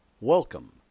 Welcome